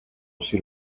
she